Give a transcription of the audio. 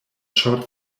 shot